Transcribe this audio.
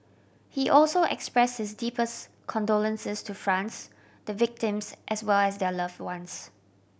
he also express his deepest condolences to France the victims as well as their love ones